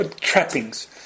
trappings